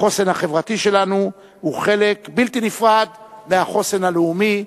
החוסן החברתי שלנו הוא חלק בלתי נפרד מהחוסן הלאומי,